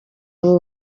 ubu